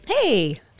Hey